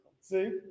See